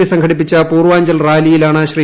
P സംഘടിപ്പിച്ച പൂർവാഞ്ചൽ റാലിയിലാണ് ശ്രീ